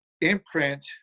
imprint